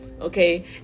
Okay